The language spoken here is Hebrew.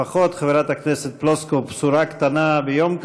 לפחות, חברת הכנסת פלוסקוב, בשורה קטנה ביום כזה: